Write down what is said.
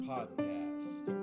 Podcast